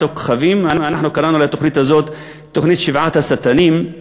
הכוכבים"; אנחנו קראנו לתוכנית הזאת "תוכנית שבעת השטנים",